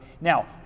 Now